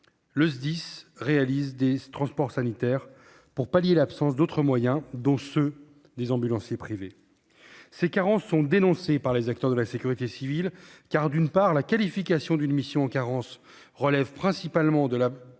les SDIS réalisent des transports sanitaires pour pallier l'absence d'autres moyens, dont ceux des ambulanciers privés. Ces carences sont dénoncées par les acteurs de la sécurité civile, car, d'une part, la qualification d'une mission en carence relève principalement de